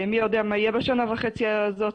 מי יודע מה יהיה בשנה וחצי הזאת,